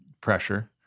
pressure